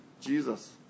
Jesus